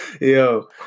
yo